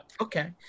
Okay